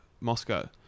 Moscow